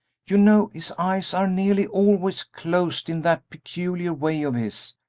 you know his eyes are nearly always closed in that peculiar way of his,